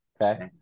okay